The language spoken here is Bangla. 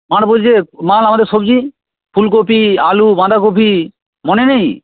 মাল বলছি মাল আমাদের সবজি ফুলকপি আলু বাঁধাকপি মনে নেই